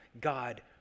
God